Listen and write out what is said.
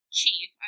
chief